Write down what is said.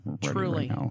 Truly